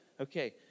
Okay